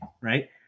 right